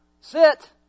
Sit